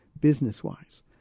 business-wise